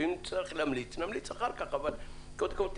ואם נצטרך להמליץ נמליץ אחר-כך אבל קודם כול,